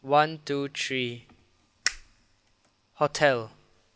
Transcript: one two three hotel